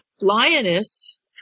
Lioness